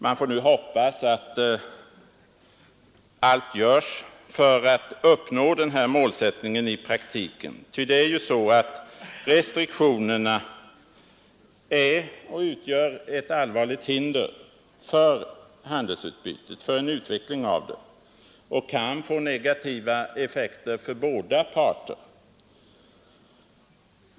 Man får nu hoppas att allt görs för att uppnå det här målet i praktiken, ty det är ju så att restriktionerna utgör ett allvarligt hinder för en utveckling av handelsutbytet och kan få negativa effekter för båda parter.